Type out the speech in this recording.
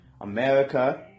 America